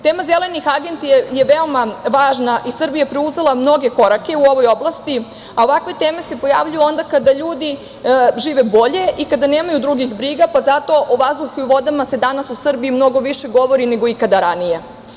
Tema Zelene agende je veoma važna i Srbija je preuzela mnoge korake u ovoj oblasti, a ovakve teme se pojavljuju onda kada ljudi žive bolje i kada nemaju drugih briga, pa zato o vazduhu i o vodama se danas u Srbiji mnogo više govori nego ikada ranije.